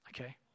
Okay